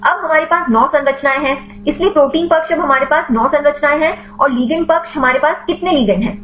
अब हमारे पास 9 संरचनाएं हैं इसलिए प्रोटीन पक्ष अब हमारे पास 9 संरचनाएं हैं और लिगैंड पक्ष हमारे पास कितने लिगेंड हैं